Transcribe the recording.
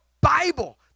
Bible